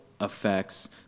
effects